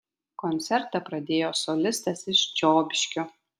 koncertą pradėjo solistas iš čiobiškio